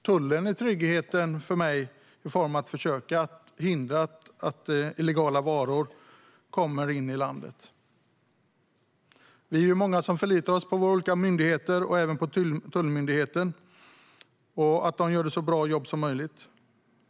Tullen är tryggheten för mig i form av att försöka hindra att illegala varor kommer in i landet. Vi är många som förlitar oss på att våra olika myndigheter och även Tullverket gör ett så bra jobb som möjligt.